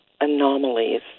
anomalies